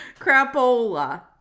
Crapola